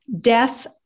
death